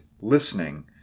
listening